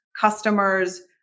Customers